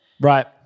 Right